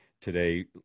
today